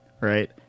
right